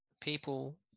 people